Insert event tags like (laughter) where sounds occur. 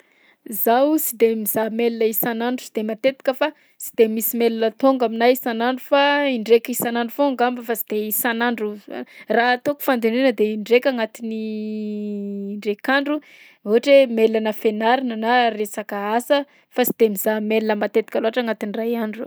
Zaho sy de mizaha mail isan'andro sy de matetika fa sy de misy email tonga aminahy isan'andro fa indraiky isan'andro foa angamba fa sy de isan'andro f- raha ataoko fandinihana de indraika agnatin'ny (hesitation) ndraik'andro, ohatra hoe mail-nà fianarana na resaka asa fa sy de mizaha mail matetika loatra agnatin'ny iray andro.